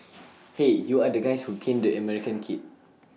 hey you are the guys who caned the American kid